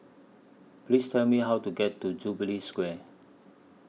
Please Tell Me How to get to Jubilee Square